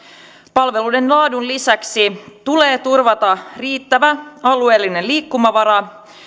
palveluiden laadun lisäksi tulee turvata riittävä alueellinen liikkumavara